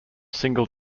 single